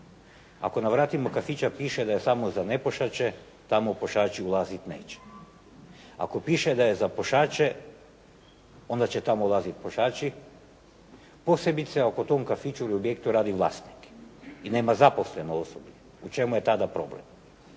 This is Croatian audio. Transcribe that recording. Ako na vratima kafića piše da je samo za nepušače, tamo pušač ulazit neće. Ako piše da je za pušače, onda će tamo ulaziti pušači posebice ako u tom kafiću ili objektu radi vlasnik i nema zaposleno osoblje, u čemu je tada problem.